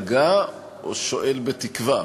בדאגה או שואל בתקווה?